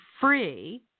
free